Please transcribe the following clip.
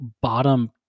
bottom